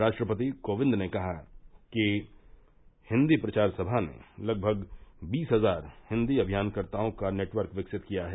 राष्ट्रपति कोविंद ने कहा कि हिन्दी प्रचार सभा ने लगभग बीस हजार हिन्दी अभियानकर्ताओं का नेटवर्क विकसित किया है